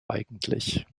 eigentlich